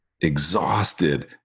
Exhausted